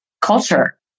culture